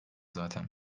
zaten